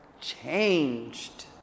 changed